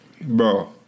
Bro